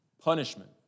punishment